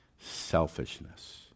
selfishness